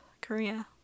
Korea